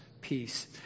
peace